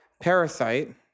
Parasite